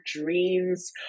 dreams